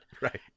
Right